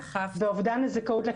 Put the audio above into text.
באובדן הזכאות.